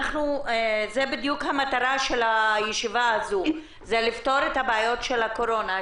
זו בדיוק המטרה של הישיבה הזו לפתור את הבעיות של הקורונה.